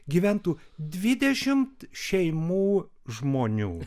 gyventų dvidešimt šeimų žmonių